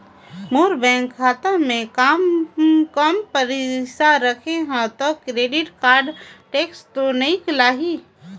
मोर बैंक खाता मे काम पइसा रखे हो तो क्रेडिट कारड टेक्स तो नइ लाही???